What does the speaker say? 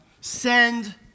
send